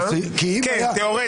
כן, תאורטית.